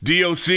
DOC